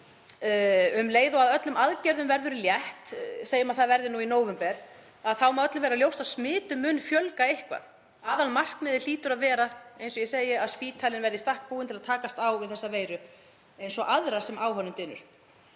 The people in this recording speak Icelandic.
Um leið og öllum aðgerðum verður létt, segjum að það verði nú í nóvember, þá má öllum vera ljóst að smitum mun fjölga eitthvað. Aðalmarkmiðið hlýtur að vera, eins og ég segi, að spítalinn verði í stakk búinn til að takast á við þessa veiru eins og annað sem á honum dynur.